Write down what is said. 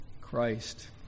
Christ